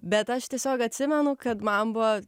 bet aš tiesiog atsimenu kad man buvo